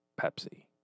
Pepsi